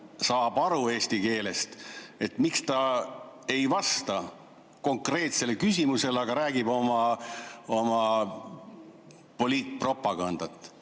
saab aru eesti keelest, siis miks ta ei vasta konkreetsele küsimusele? Räägib oma poliitpropagandat.